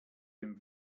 dem